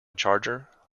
charger